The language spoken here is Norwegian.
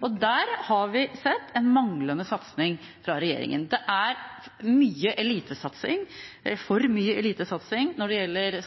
Der har vi sett en manglende satsing fra regjeringen. Det er mye elitesatsing – for mye elitesatsing – når det gjelder